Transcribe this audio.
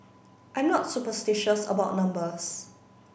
I'm not superstitious about numbers